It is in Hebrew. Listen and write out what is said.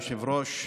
כבוד היושב-ראש,